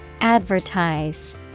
Advertise